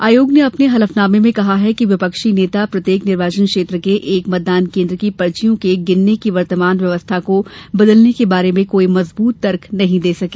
आयोग ने अपने हलफनामें में कहा है कि विपक्षी नेता प्रत्येक निर्वाचन क्षेत्र के एक मतदान केन्द्र की पर्थियों के गिनने की वर्तमान व्यवस्था को बदलने के बारे में कोई मजबूत तर्क नहीं दे सके